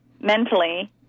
mentally